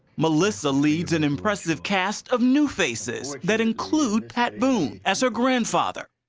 melissa leads an impressive cast of new faces, that include pat boone as her grandfather.